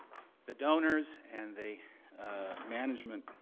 the donors and the management